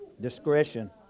Discretion